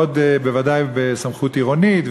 בוודאי עם סמכות עירונית,